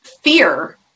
fear